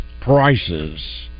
Prices